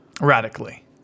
radically